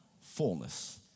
fullness